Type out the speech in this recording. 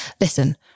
listen